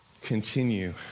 continue